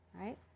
Right